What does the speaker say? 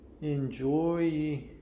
enjoy